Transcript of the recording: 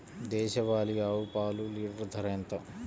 దేశవాలీ ఆవు పాలు లీటరు ధర ఎంత?